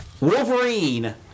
Wolverine